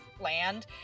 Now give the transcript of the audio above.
land